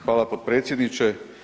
Hvala potpredsjedniče.